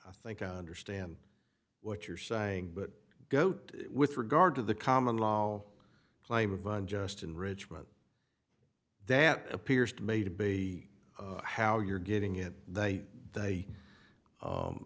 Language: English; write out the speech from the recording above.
i think i understand what you're saying but goat with regard to the common law well claim of unjust enrichment that appears to me to be how you're getting it they they